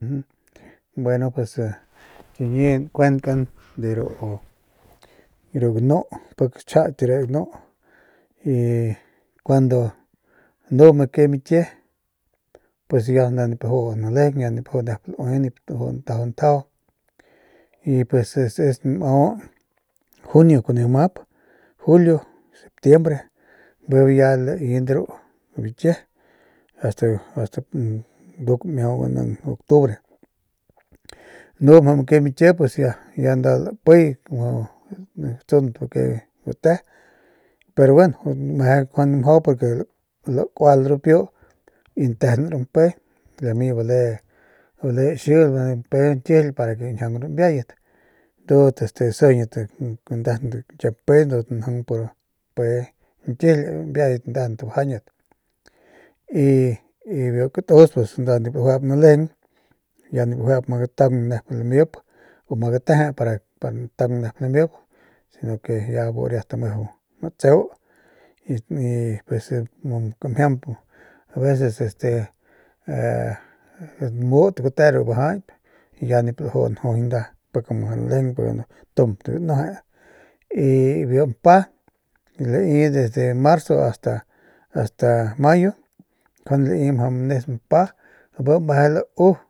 Bueno pues a chiñi nkuenkan de ru ganu pik chja de re ganu y cuando nu makey mikie pues ya nip laju nalejeng ya nip lajuu nalejeng ya nip laju nep laui nip tajuu ntajau ntjajau y y pues es es nmau junio kuneu map julio septiembre bijiy bu ya lai de ru bikie ast ast nduk miau gua naang octubre anu mjau makiy mikie pus ya nda lapiy latsunt bakey gute pero gueno meje njuande mjau porque lakual ru piu y ntejen ru mpe lami bale xi mpe nkijily para que gañjiaung ru mbiayat ndudat asijiñat ndejendat ñkie mpe ndudat njaung pur mpe ñkijily nkiejen y ndejendat bajañyat y biu katus pus nda nip lajuep lalejeng ya nip lajuep ma gataung nep lamip u ma gateje pa ntaung nep lamip si no que bu riat meju matseu y y pus kamjiamp este mut gute ya nip laju njujuñ pik nma nalejeng porque tump danueje y biu mpa lai desde marzo asta mayo njuande lai mjau nis mpa njuade meje lau.